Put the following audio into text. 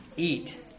eat